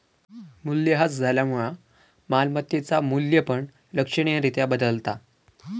मूल्यह्रास झाल्यामुळा मालमत्तेचा मू्ल्य पण लक्षणीय रित्या बदलता